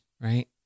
right